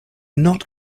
not